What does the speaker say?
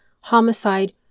homicide